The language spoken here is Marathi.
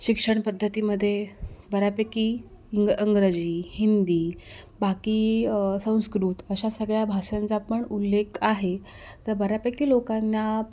शिक्षणपद्धतीमध्ये बऱ्यापैकी इंग इंग्रजी हिंदी बाकी संस्कृत अशा सगळ्या भाषांचा पण उल्लेख आहे तर बऱ्यापैकी लोकांना